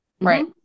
Right